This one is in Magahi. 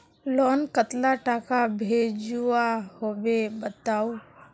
लोन कतला टाका भेजुआ होबे बताउ?